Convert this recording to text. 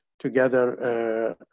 together